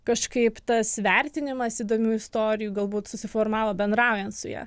kažkaip tas vertinimas įdomių istorijų galbūt susiformavo bendraujant su ja